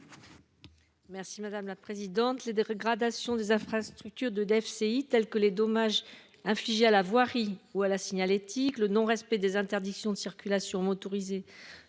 Merci madame la présidente.